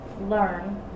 Learn